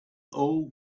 all